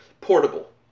portable